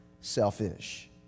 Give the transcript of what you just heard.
selfish